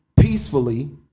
peacefully